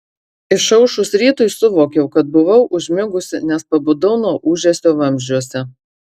išaušus rytui suvokiau kad buvau užmigusi nes pabudau nuo ūžesio vamzdžiuose